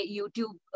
YouTube